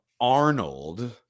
Arnold